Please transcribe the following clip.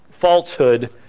Falsehood